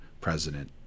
president